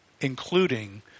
including